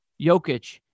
Jokic